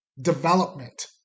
development